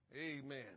Amen